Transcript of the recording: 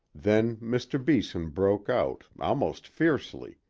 then mr. beeson broke out, almost fiercely,